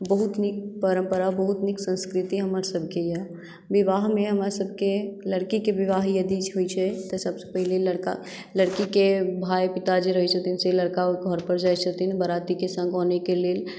बहुत नीक परम्परा बहुत नीक संस्कृति हमर सभके यऽ विवाहमे हमरा सभकेँ लड़कीके विवाह यदि होइ छै तऽ सभसँ पहिले तऽ लड़कीके भाई पिताजी होइ छथिन से लड़का ओतऽ घर पर जाइ छथिन बारातीके सङ्ग आनैके लेल